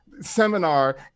seminar